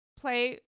play